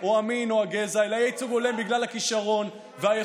או המין או הגזע אלא יהיה ייצוג הולם בגלל הכישרון והיכולות,